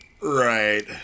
Right